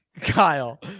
Kyle